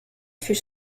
fut